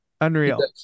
unreal